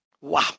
Wow